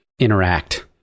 interact